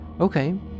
Okay